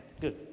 good